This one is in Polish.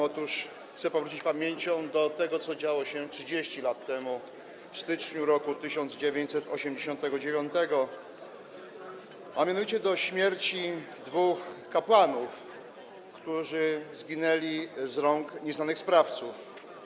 Otóż chcę powrócić pamięcią do tego, co działo się 30 lat temu w styczniu 1989 r., a mianowicie do śmierci dwóch kapłanów, którzy zginęli z rąk nieznanych sprawców.